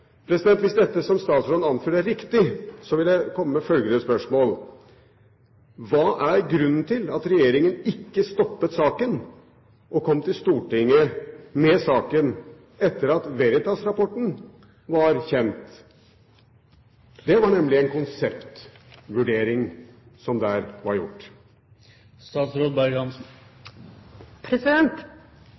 Hvis dette som statsråden anfører er riktig, vil jeg komme med følgende spørsmål: Hva er grunnen til at regjeringen ikke stoppet saken og kom til Stortinget med saken etter at Veritas-rapporten ble kjent? Det var nemlig en konseptvurdering som der var gjort.